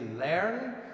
learn